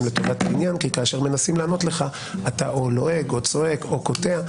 לטובת העניין כי כאשר מנסים לענות לך אתה או לועג או צועק או קוטע,